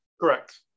Correct